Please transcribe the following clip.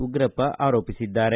ಉಗ್ರಪ್ಪ ಆರೋಪಿಸಿದ್ದಾರೆ